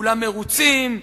כולם מרוצים,